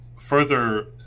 further